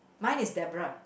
mine is Debra